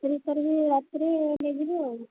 ତିରିଶି ତାରିଖ ରାତିରେ ନେଇଯିବୁ ଆଉ